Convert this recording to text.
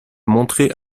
montré